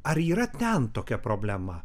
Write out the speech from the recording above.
ar yra ten tokia problema